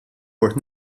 mort